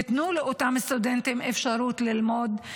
תנו לאותם הסטודנטים אפשרות ללמוד,